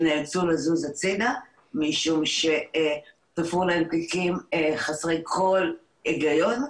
שנאלצו לזוז הצידה משום שתפרו להם תיקים חסרי כל הגיון,